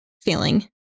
feeling